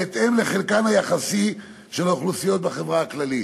בהתאם לחלקן היחסי של האוכלוסיות בחברה הכללית.